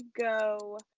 go